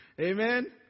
Amen